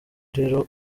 rero